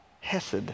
Hesed